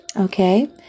Okay